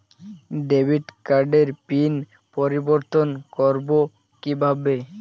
Debit কার্ডের pin পরিবর্তন করবো কীভাবে?